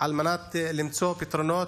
על מנת למצוא פתרונות.